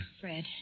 Fred